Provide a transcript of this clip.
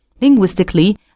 Linguistically